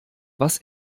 was